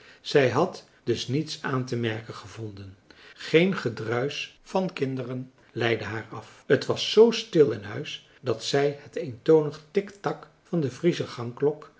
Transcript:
zij had dus niets aantemerken gevonden geen gedruisch van kinderen leidde haar af het was zoo stil in huis dat zij het eentonig tiktak van de friesche